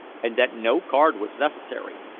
and that no card was necessary.